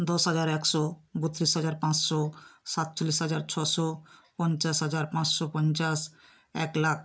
দশ হাজার একশো বত্রিশ হাজার পাঁচশো সাতচল্লিশ হাজার ছশো পঞ্চাশ হাজার পাঁচশো পঞ্চাশ এক লাখ